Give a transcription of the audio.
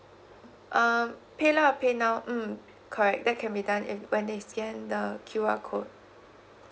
uh paylah or pay now mm correct that can be done and when they scan the Q_R code